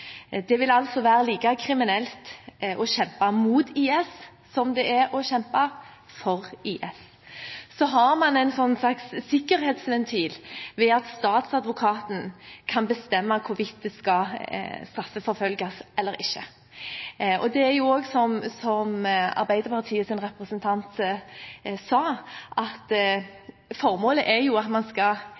Det vil altså være like kriminelt å kjempe mot IS som det er å kjempe for IS. Så har man en slags sikkerhetsventil ved at statsadvokaten kan bestemme hvorvidt det skal straffeforfølges eller ikke. Det er også som Arbeiderpartiets representant sa, at formålet ikke er at man skal